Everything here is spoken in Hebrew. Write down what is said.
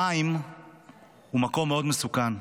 המים הם מקום מאוד מסוכן,